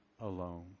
alone